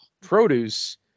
produce